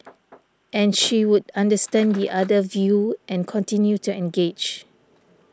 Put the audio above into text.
and she would understand the other view and continue to engage